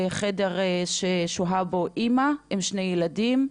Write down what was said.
חדר ששוהה בו אמא עם שני ילדים,